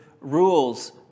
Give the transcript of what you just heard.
rules